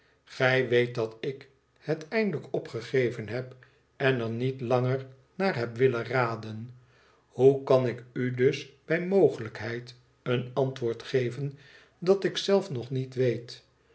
gij weet dat ik het eindelijk opgegeven heb en er niet langer naar heb willen raden hoe kan ik u dus bij mogelijkheid een antwoord geven dat ik zelfnog niet weet